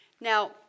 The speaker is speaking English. now